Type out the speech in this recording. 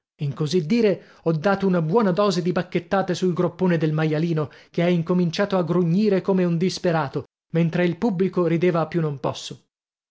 in così dire ho dato una buona dose di bacchettate sul groppone del maialino che ha incominciato a grugnire come un disperato mentre il pubblico rideva a più non posso